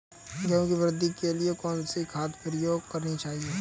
गेहूँ की वृद्धि के लिए कौनसी खाद प्रयोग करनी चाहिए?